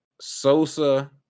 Sosa